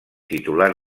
titular